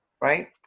Right